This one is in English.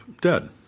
dead